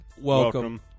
Welcome